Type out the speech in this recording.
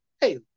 hey